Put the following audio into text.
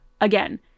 again